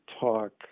talk